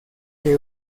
que